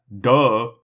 Duh